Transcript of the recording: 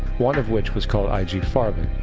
one of which was called i g. farben.